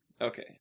Okay